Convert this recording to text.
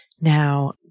Now